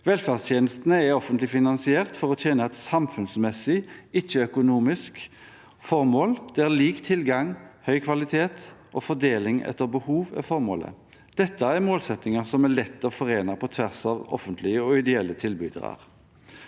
Velferdstjenestene er offentlig finansiert for å tjene et samfunnsmessig, ikke økonomisk, formål der lik tilgang, høy kvalitet og fordeling etter behov er formålet. Dette er målsettinger som er lett å forene på tvers av offentlige og ideelle tilbydere.